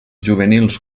juvenils